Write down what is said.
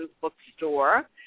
Bookstore